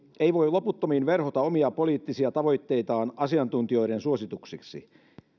ei voi loputtomiin verhota omia poliittisia tavoitteitaan asiantuntijoiden suosituksiksi